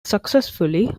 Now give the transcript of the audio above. successfully